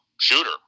Shooter